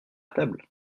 table